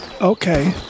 Okay